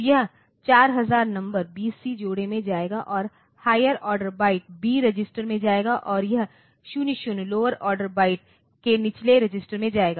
तो यह 4000 number BC जोड़े में जाएगा और higher order byte B register में जाएगा और यह 00 लोअर ऑर्डर बाइट के निचले रजिस्टर में जाएगा